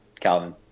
Calvin